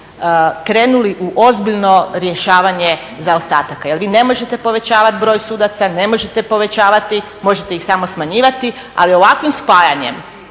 krenuli u ozbiljno rješavanje zaostataka jer vi ne možete povećavati broj sudaca, ne možete povećavati, možete ih samo smanjivati ali ovakvim spajanjem